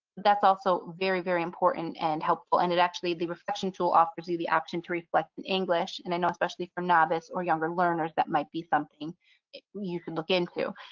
that's also very, very important and helpful. and it actually the reflection tool offers you the option to reflect in english. and i know especially for novice or younger learners, that might be something you can look into.